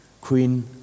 Queen